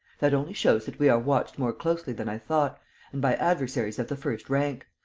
that only shows that we are watched more closely than i thought and by adversaries of the first rank.